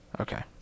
Okay